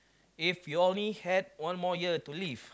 if you only had one more year to live